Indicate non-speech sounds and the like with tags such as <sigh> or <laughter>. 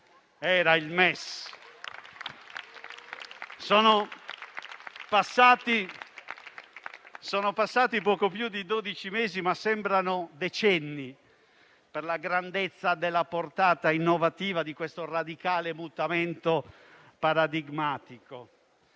<applause> Sono passati poco più di dodici mesi, ma sembrano decenni per la grandezza della portata innovativa di questo radicale mutamento paradigmatico.